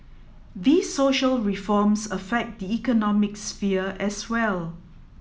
these social reforms affect the economic sphere as well